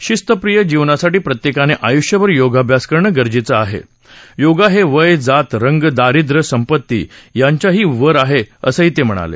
शिस्तप्रिय जीवनासाठी प्रत्येकाने आयुष्यभर योगाभ्यास करंण गरजेचं आहे योगा हे वय जातरंग द्ररिद्रय संपत्ती यांच्यावर आहे असंही ते म्हणाले